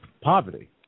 poverty